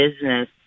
business